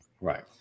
Right